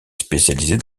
spécialisée